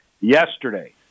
Yesterday